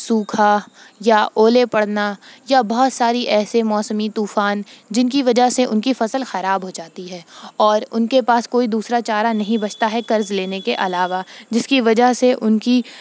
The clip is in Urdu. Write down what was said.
سوکھا یا اولے پڑنا یا بہت ساری ایسے موسمی طوفان جن کی وجہ سے ان کی فصل خراب ہو جاتی ہے اور ان کے پاس کوئی دوسرا چارہ نہیں بچتا ہے قرض لینے کے علاوہ جس کی وجہ سے ان کی